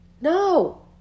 No